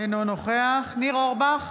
אינו נוכח ניר אורבך,